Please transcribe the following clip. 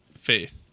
faith